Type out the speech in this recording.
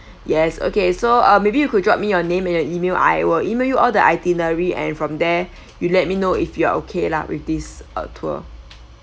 yes okay so uh maybe you could drop me your name and your email I will email you all the itinerary and from there you let me know if you are okay lah with this uh tour